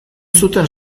zuten